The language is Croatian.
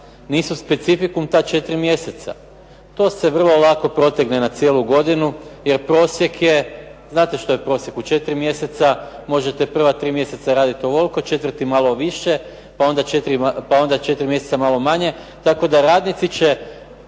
nisu specifikum ta 4 mjeseca. To se vrlo lako protegne na cijelu godinu, jer prosjek je. Znate što je prosjek? U 4 mjeseca, možete prva 3 mjeseca raditi ovoliko, a 4. malo više, pa onda 4 mjeseca malo manje, tako da radnici će